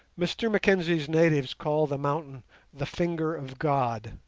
mr mackenzie's natives call the mountain the finger of god,